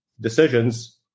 decisions